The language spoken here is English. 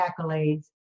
accolades